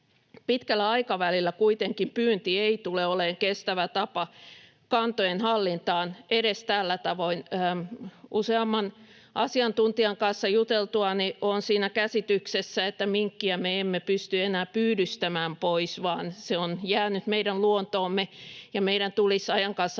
Pitkällä aikavälillä kuitenkaan pyynti ei tule olemaan kestävä tapa kantojen hallintaan edes tällä tavoin. Useamman asiantuntijan kanssa juteltuani olen siinä käsityksessä, että minkkiä me emme pysty enää pyydystämään pois vaan se on jäänyt meidän luontoomme ja meidän tulisi ajan kanssa